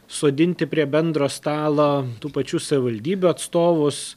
sodinti prie bendro stalo tų pačių savivaldybių atstovus